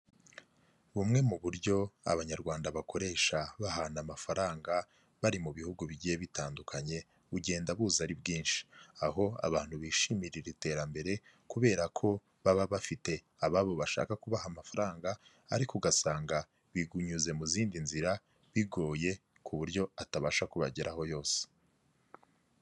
Bumwe mu buryo abanyarwanda bakoresha bahana amafaranga, bari mu bihugu bigiye bitandukanye bugenda buza ari bwinshi. Aho abantu bishimira iri terambere kubera ko baba bafite ababo bashaka kubaha amafaranga, ariko ugasanga binyuze mu zindi nzira, bigoye ku buryo atabasha kubageraho yose.